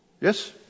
Yes